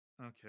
Okay